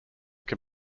can